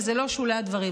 וזה לא שולי הדברים,